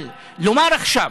אבל לומר עכשיו,